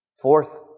Fourth